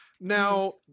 now